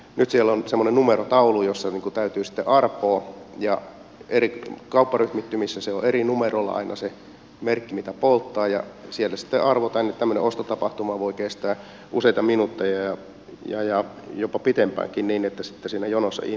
nyt siellä on semmoinen numerotaulu josta täytyy sitten arpoa ja eri kaupparyhmittymissä on eri numerolla aina se merkki mitä polttaa ja siellä sitten arvotaan ja tämmöinen ostotapahtuma voi kestää useita minuutteja ja jopa pitempäänkin niin että sitten siinä jonossa ihmiset hermostuvat